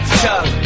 chug